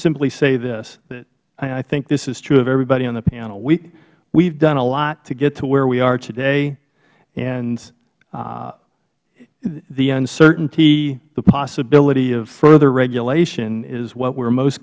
simply say this and i think this is true of everybody on the panel we have done a lot to get to where we are today and the uncertainty the possibility of further regulation is what we are most